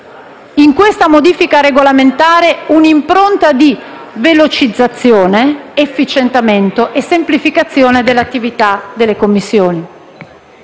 in questa modifica regolamentare un'impronta di velocizzazione, efficientamento e semplificazione dell'attività delle Commissioni.